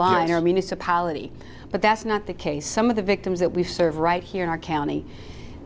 line or municipality but that's not the case some of the victims that we serve right here in our county